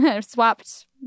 swapped